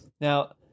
Now